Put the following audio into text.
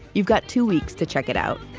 you've got two weeks to check it out.